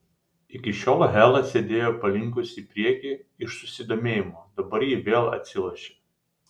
iki šiol hela sėdėjo palinkusi į priekį iš susidomėjimo dabar ji vėl atsilošė